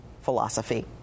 philosophy